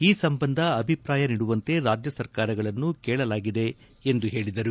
ಈ ಸಂಬಂಧ ಅಭಿಪ್ರಾಯ ನೀಡುವಂತೆ ರಾಜ್ಯ ಸರ್ಕಾರಗಳನ್ನು ಕೇಳಲಾಗಿದೆ ಎಂದು ಹೇಳಿದರು